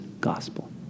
gospel